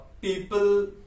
people